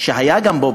שהיה גם פה,